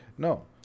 No